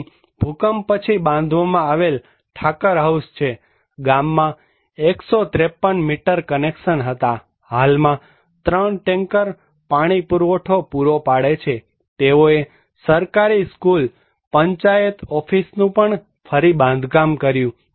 અહીં ભૂકંપ પછી બાંધવામાં આવેલ ઠાકર હાઉસ છે ગામમાં 153 મીટર કનેક્શન હતા હાલમાં ત્રણ ટેન્કર પાણી પુરવઠો પૂરો પાડે છે તેઓએ સરકારી સ્કુલ પંચાયત ઓફિસનું પણ ફરી બાંધકામ કર્યું